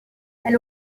elle